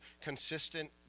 consistent